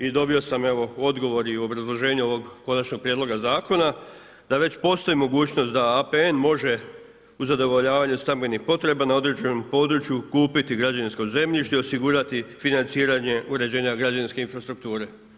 I dobio sam evo odgovor i u obrazloženju ovoga konačnog prijedloga zakona da već postoji mogućnost da APN može uz zadovoljavanje stambenih potreba na određenom području kupiti građevinsko zemljište i financiranje uređenja građevinske infrastrukture.